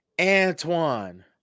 Antoine